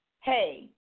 Hey